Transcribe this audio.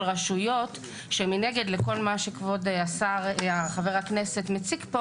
רשויות שמנגד לכל מה שכבוד חה"ב מציג פה